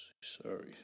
sorry